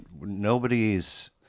nobody's